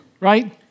right